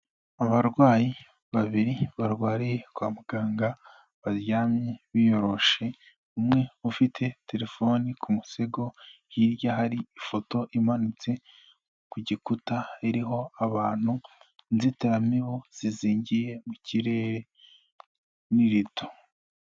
Abarwayi babiri barwariye kwa muganga baryamye biyoroshe umwe ufite telefoni ku musego, hirya hari ifoto imanitse ku gikuta iriho abantu, inzitiramibu zizingiye mu kirere n'irido.